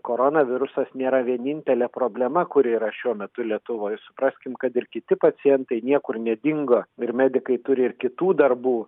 koronavirusas nėra vienintelė problema kuri yra šiuo metu lietuvoj supraskim kad ir kiti pacientai niekur nedingo ir medikai turi ir kitų darbų